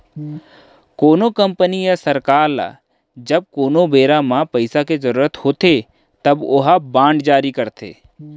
कोनो कंपनी या सरकार ल जब कोनो बेरा म पइसा के जरुरत होथे तब ओहा बांड जारी करथे